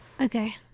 Okay